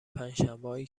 پنجشنبههایی